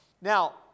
Now